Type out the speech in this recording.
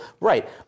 Right